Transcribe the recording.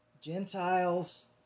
Gentiles